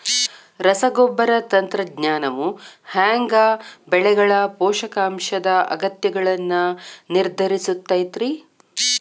ರಸಗೊಬ್ಬರ ತಂತ್ರಜ್ಞಾನವು ಹ್ಯಾಂಗ ಬೆಳೆಗಳ ಪೋಷಕಾಂಶದ ಅಗತ್ಯಗಳನ್ನ ನಿರ್ಧರಿಸುತೈತ್ರಿ?